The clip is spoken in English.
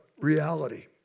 reality